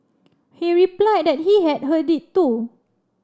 he replied that he had heard it too